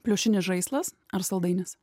pliušinis žaislas ar saldainis